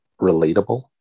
relatable